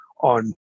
on